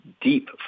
deep